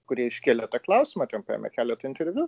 kurie iškėlė tą klausimą ten paėmė keletą interviu